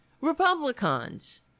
Republicans